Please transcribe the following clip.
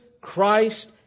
Christ